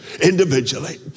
individually